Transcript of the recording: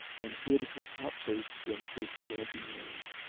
and hid her hot face against his scanty mane.